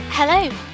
Hello